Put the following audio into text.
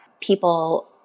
people